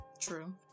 True